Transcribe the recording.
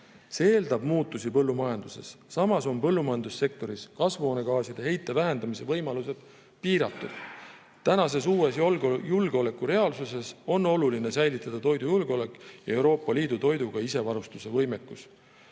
See eeldab muutusi põllumajanduses. Samas on põllumajandussektoris kasvuhoonegaaside heite vähendamise võimalused piiratud. Tänases uues julgeolekureaalsuses on oluline säilitada toidujulgeolek ja Euroopa Liidu toiduga isevarustatuse võimekus.